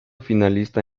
finalista